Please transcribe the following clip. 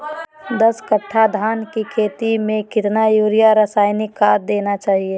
दस कट्टा धान की खेती में कितना यूरिया रासायनिक खाद देना चाहिए?